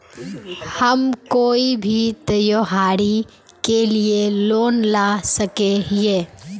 हम कोई भी त्योहारी के लिए लोन ला सके हिये?